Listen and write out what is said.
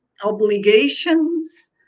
obligations